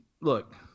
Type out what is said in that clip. Look